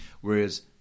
Whereas